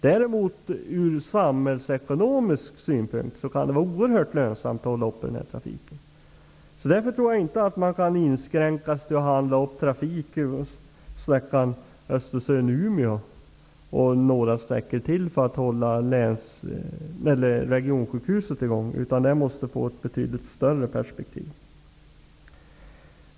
Däremot kan det från samhällsekonomisk synpunkt vara oerhört lönsamt att upprätthålla sådana turer. Därför kan man inte inskränka sig till att upphandla trafik på bl.a. sträckan Östersund-- Umeå för att hålla regionsjukhuset i gång. Här måste man ha ett betydligt större perspektiv.